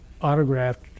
autographed